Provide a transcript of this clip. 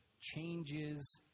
changes